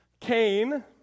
Cain